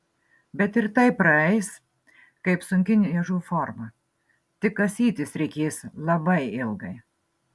bet ir tai praeis kaip sunki niežų forma tik kasytis reikės labai ilgai